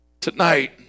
Tonight